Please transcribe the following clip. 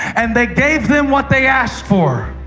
and they gave them what they asked for.